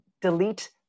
delete